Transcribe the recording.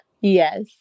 Yes